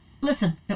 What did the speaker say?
listen